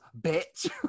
bitch